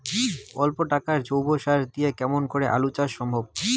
অল্প টাকার জৈব সার দিয়া কেমন করি আলু চাষ সম্ভব?